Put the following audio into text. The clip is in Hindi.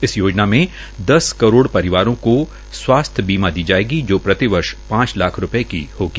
इस योजना मे दस करोड़ परिवारों को स्वास्थ्य बीमा दी जायेगी जो प्रतिवर्ष पांच लाख रूपये की होगी